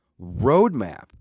roadmap